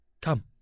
Come